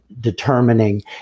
determining